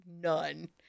none